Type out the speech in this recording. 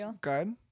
Good